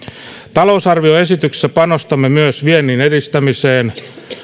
talousarvioesityksessä panostamme myös viennin edistämiseen